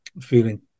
feeling